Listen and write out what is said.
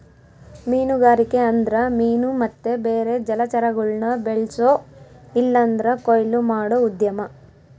ಮೀನುಗಾರಿಕೆ ಅಂದ್ರ ಮೀನು ಮತ್ತೆ ಬೇರೆ ಜಲಚರಗುಳ್ನ ಬೆಳ್ಸೋ ಇಲ್ಲಂದ್ರ ಕೊಯ್ಲು ಮಾಡೋ ಉದ್ಯಮ